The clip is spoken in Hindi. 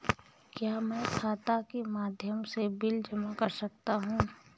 क्या मैं खाता के माध्यम से बिल जमा कर सकता हूँ?